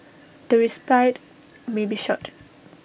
the respite may be short